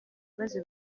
maze